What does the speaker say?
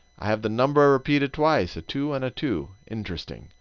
i have the number repeated twice a two and a two. interesting.